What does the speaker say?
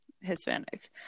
Hispanic